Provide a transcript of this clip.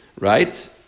right